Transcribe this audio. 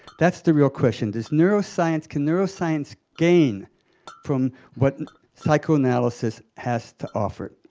that's the real question. does neuroscience can neuroscience gain from what psychoanalysis has to offer?